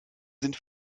sind